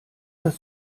das